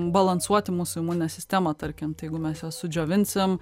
balansuoti mūsų imuninę sistemą tarkim tai jeigu mes juos sudžiovinsim